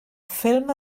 ffilm